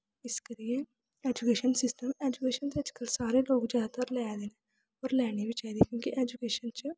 इस करियै education system education ते अजकल्ल सारे लोग जैदातर लै दे न और लैनी बी चाहिदी क्योंकि ऐजुकेशन सिस्टम च